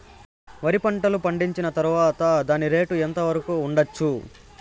వరి పంటలు పండించిన తర్వాత దాని రేటు ఎంత వరకు ఉండచ్చు